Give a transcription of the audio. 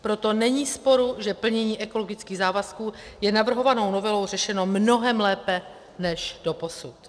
Proto není sporu, že plnění ekologických závazků je navrhovanou novelou řešeno mnohem lépe než doposud.